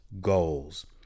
goals